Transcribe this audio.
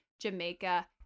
Jamaica